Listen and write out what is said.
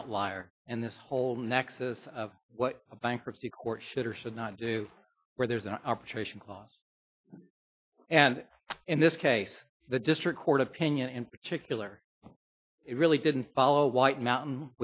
outlier in this whole nexus of what a bankruptcy court should or should not do where there's an arbitration clause and in this case the district court opinion and particular it really didn't follow white mountain